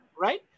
Right